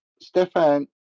Stefan